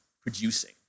producing